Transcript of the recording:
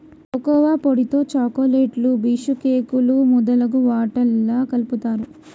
cocoa పొడితో చాకోలెట్లు బీషుకేకులు మొదలగు వాట్లల్లా కలుపుతారు